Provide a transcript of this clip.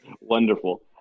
wonderful